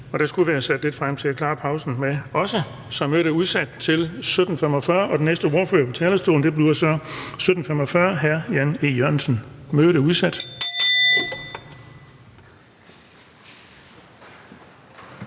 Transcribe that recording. og der skulle være sat lidt frem til at klare pausen med. Så mødet er udsat til kl. 17.45. Og den næste ordfører på talerstolen kl. 17.45 bliver så hr. Jan E. Jørgensen. Mødet er udsat.